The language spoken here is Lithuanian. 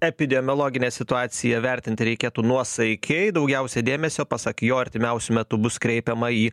epidemiologinę situaciją vertinti reikėtų nuosaikiai daugiausia dėmesio pasak jo artimiausiu metu bus kreipiama į